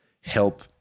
help